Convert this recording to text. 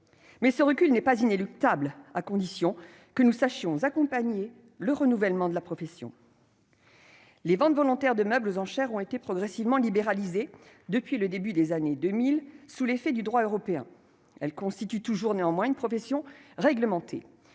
Chine. Ce recul n'est pas inéluctable, toutefois, à condition que nous sachions accompagner le renouvellement de la profession. Les ventes volontaires de meubles aux enchères ont été progressivement libéralisées, depuis le début des années 2000, sous l'effet du droit européen. Elles constituent néanmoins toujours une profession réglementée.